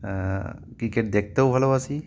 cricket দেখতেও ভালোবাসি